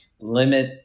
limit